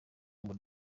ngo